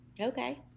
Okay